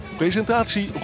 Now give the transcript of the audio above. presentatie